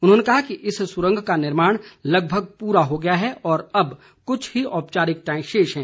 उन्होंने कहा कि इस सुरंग का निर्माण लगभग प्ररा हो गया है और अब कुछ ही औपचारिकताएं शेष हैं